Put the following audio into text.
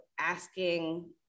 asking